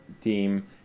team